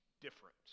different